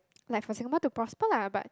like for Singapore to prosper lah but